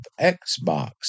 Xbox